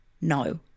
No